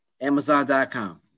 Amazon.com